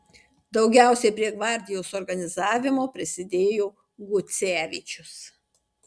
daugiausiai prie gvardijos organizavimo prisidėjo gucevičius